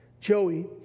Joey